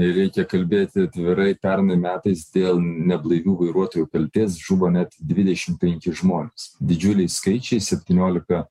reikia kalbėti atvirai pernai metais dėl neblaivių vairuotojų kaltės žuvo net dvidešim penki žmonės didžiuliai skaičiai septyniolika